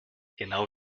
genau